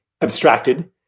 abstracted